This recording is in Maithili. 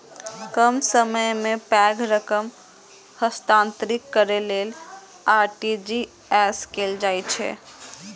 कम समय मे पैघ रकम हस्तांतरित करै लेल आर.टी.जी.एस कैल जाइ छै